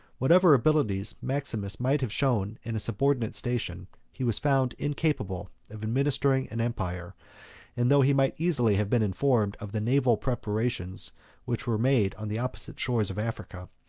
whatever abilities maximus might have shown in a subordinate station, he was found incapable of administering an empire and though he might easily have been informed of the naval preparations which were made on the opposite shores of africa,